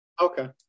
Okay